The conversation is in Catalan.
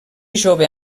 jove